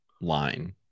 line